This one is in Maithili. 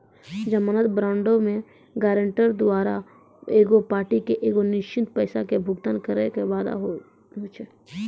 जमानत बांडो मे गायरंटर द्वारा एगो पार्टी के एगो निश्चित पैसा के भुगतान करै के वादा होय छै